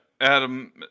Adam